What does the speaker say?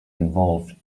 involved